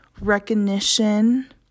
Recognition